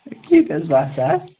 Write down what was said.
ہے کِتھۍ حط باہ ساس